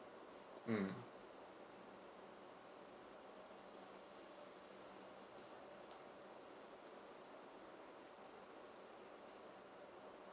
mm